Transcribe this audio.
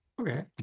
okay